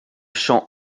champ